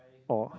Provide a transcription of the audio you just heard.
oh